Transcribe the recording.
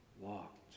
walked